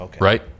Right